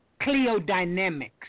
Cleodynamics